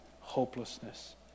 hopelessness